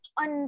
on